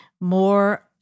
more